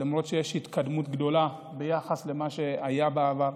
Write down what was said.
למרות שיש התקדמות גדולה ביחס למה שהיה בעבר.